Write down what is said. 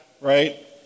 right